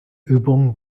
übung